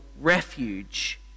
refuge